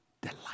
delight